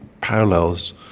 parallels